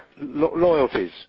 loyalties